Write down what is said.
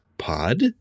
pod